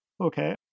okay